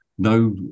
No